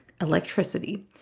electricity